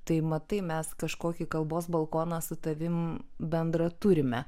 tai matai mes kažkokį kalbos balkoną su tavim bendrą turime